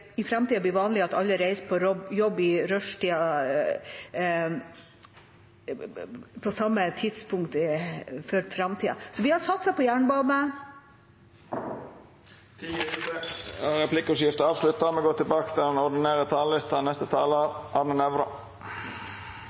i framtida blir vanlig at ikke alle reiser på jobb i rushtida, på samme tidspunkt. Men vi har satset på jernbane. Replikkordskiftet er avslutta. Årets nyord har mange nevnt her i dag og